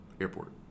airport